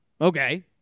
Okay